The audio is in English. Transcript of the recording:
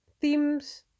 themes